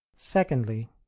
secondly